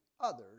others